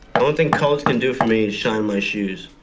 um thing coloreds can do for me is shine my shoes.